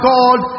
God